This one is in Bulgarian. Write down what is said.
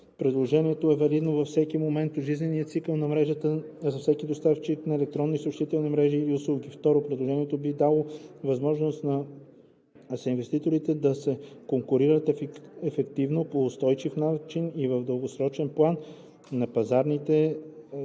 предложението е валидно във всеки момент от жизнения цикъл на мрежата за всеки доставчик на електронни съобщителни мрежи или услуги; 2. предложението би дало възможност на съинвеститорите да се конкурират ефективно по устойчив начин и в дългосрочен план на пазарите надолу